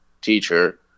teacher